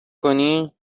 کنی